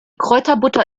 kräuterbutter